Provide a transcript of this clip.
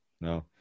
No